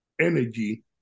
energy